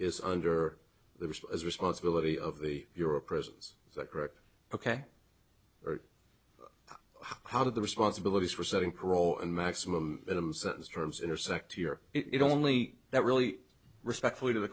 is under the responsibility of the euro prisons is that correct ok or how do the responsibilities for setting parole and maximum minimum sentence terms intersect here it only that really respectfully to the